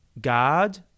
God